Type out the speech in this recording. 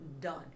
done